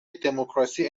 دموکراسی